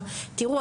תראו,